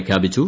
പ്രഖ്യാപിച്ചു